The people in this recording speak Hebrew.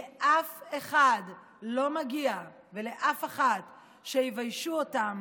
לאף אחד ולאף אחת לא מגיע שיביישו אותם